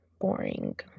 boring